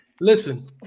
Listen